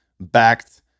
backed